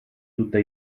tutta